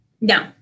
no